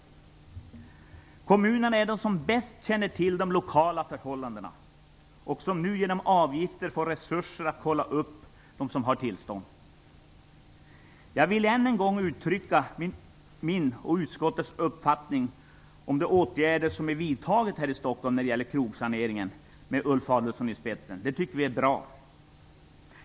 Det är kommunerna som bäst känner till de lokala förhållandena och som nu genom avgifter får resurser att kolla upp dem som har tillstånd. Jag vill än en gång uttrycka min och utskottets uppskattning av de åtgärder som vidtagits här i Stockholm när det gäller krogsanering under ledning av landshövding Ulf Adelsohn. Det tycker vi är bra!